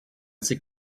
sais